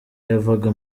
yavaga